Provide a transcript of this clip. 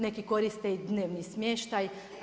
Neki koriste i dnevni smještaj.